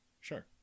sure